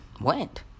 went